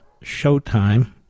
showtime